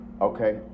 okay